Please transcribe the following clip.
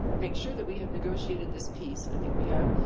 make sure that we have negotiated this peace, and i think we have,